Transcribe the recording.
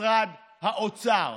משרד האוצר.